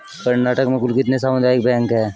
कर्नाटक में कुल कितने सामुदायिक बैंक है